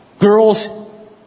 Girls